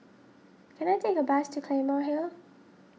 can I take a bus to Claymore Hill